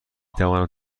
توانم